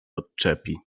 odczepi